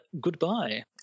goodbye